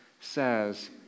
says